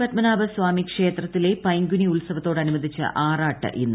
പത്മനാഭ സ്വാമി ക്ഷേത്രത്തിലെ പൈങ്കുനി ഉത്സവത്തോടനുബന്ധിച്ചുള്ള ആറാട്ട് ഇന്ന്